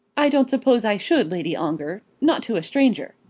i don't suppose i should, lady ongar not to a stranger.